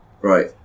right